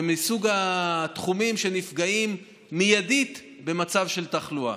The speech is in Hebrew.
ומסוג התחומים שנפגעים מיידית במצב של תחלואה.